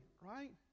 Right